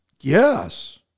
Yes